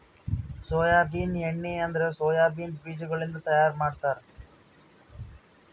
soybean ಎಣ್ಣಿ ಅಂದುರ್ soya beans ಬೀಜಗೊಳಿಂದ್ ತೈಯಾರ್ ಮಾಡ್ತಾರ